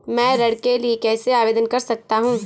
मैं ऋण के लिए कैसे आवेदन कर सकता हूं?